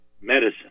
medicine